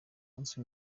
munsi